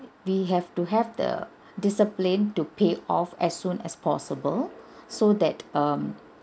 we have to have the discipline to pay off as soon as possible so that um